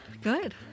good